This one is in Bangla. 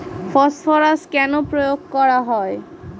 ফসফরাস কেন প্রয়োগ করা হয়?